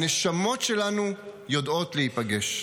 הנשמות שלנו יודעות להיפגש.